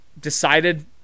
decided